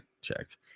checked